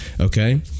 okay